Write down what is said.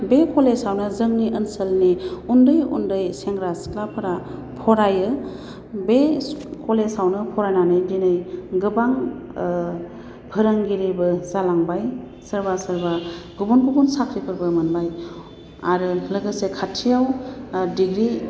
बे कलेजावनो जोंनि ओनसोलनि उन्दै उन्दै सेंग्रा सिख्लाफोरा फरायो बे कलेजावनो फरायनानै दिनै गोबां फोरोंगिरिबो जालांबाय सोरबा सोरबा गुबुन गुबुन साख्रिफोरबो मोनबाय आरो लोगोसे खाथियाव डिग्रि